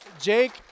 Jake